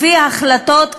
לפי החלטות,